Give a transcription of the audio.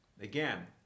again